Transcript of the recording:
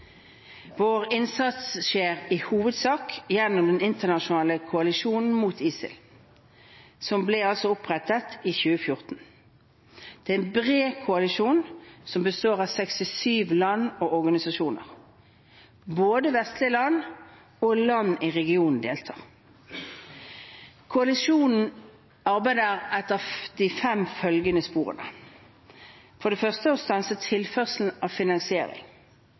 Vår innsats skjer i hovedsak gjennom den internasjonale koalisjonen mot ISIL, som ble opprettet i 2014. Det er en bred koalisjon som består av 67 land og organisasjoner. Både vestlige land og land i regionen deltar. Koalisjonen arbeider etter de fem følgende sporene: stanse tilførsel av finansiering,